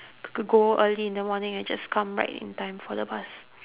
g~ g~ go early in the morning and just come right in time for the bus